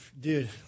Dude